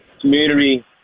community